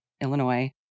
Illinois